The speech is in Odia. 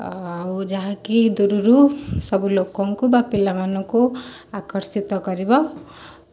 ଆଉ ଯାହାକି ଦୂରରୁ ସବୁ ଲୋକଙ୍କୁ ବା ପିଲା ମାନଙ୍କୁ ଆକର୍ଷିତ କରିବ